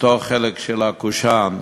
מאותו חלק של הקושאן,